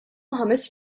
ħames